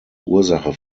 ursache